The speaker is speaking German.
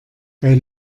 bei